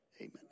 Amen